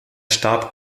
starb